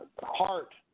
heart